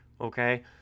Okay